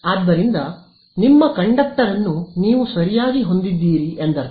ಆದ್ದರಿಂದ ನಿಮ್ಮ ಕಂಡಕ್ಟರ್ ಅನ್ನು ನೀವು ಸರಿಯಾಗಿ ಹೊಂದಿದ್ದೀರಿ ಎಂದರ್ಥ